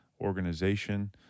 organization